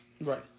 Right